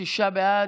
שישה בעד.